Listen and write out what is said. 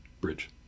bridge